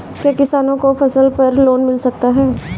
क्या किसानों को फसल पर लोन मिल सकता है?